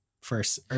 first